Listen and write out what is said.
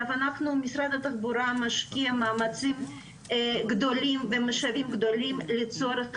משרד התחבורה משקיע מאמצים ומשאבים גדולים לצורך